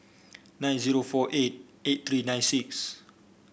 nine zero four eight eight three nine six